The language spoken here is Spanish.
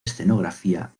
escenografía